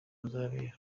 uzabera